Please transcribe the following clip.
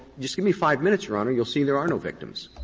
just give me five minutes, your honor, you'll see there are no victims.